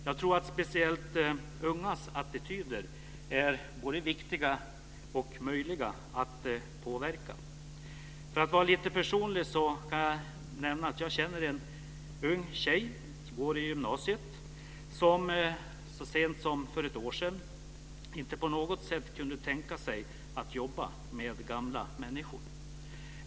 Jag tror att speciellt ungas attityder är viktiga och möjliga att påverka. För att vara lite personlig kan jag nämna att jag känner en ung tjej som går i gymnasiet och som så sent som för ett år sedan inte på något sätt kunde tänka sig att jobba med gamla människor.